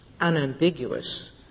unambiguous